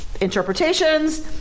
interpretations